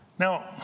Now